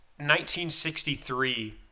1963